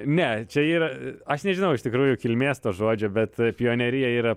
ne čia yra aš nežinau iš tikrųjų kilmės to žodžio bet pionerija yra